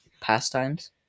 pastimes